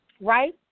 Right